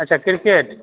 अच्छा क्रिकेट